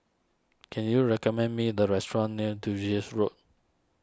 can you recommend me the restaurant near Duchess Road